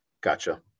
Gotcha